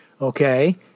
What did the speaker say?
Okay